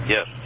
Yes